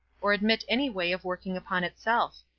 or admit any way of working upon itself?